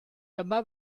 dyma